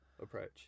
approach